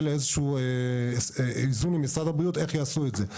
לאיזשהו הסדר עם משרד הבריאות איך יעשו את זה.